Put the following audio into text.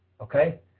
okay